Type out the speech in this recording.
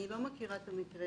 אני לא מכירה את המקרה,